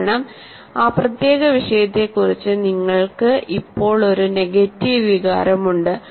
കാരണം ആ പ്രത്യേക വിഷയത്തെക്കുറിച്ച് നിങ്ങൾക്ക് ഇപ്പോൾ ഒരു നെഗറ്റീവ് വികാരമുണ്ട്